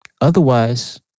otherwise